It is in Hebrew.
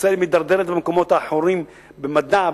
ישראל מידרדרת למקומות האחרונים במדע,